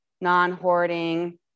non-hoarding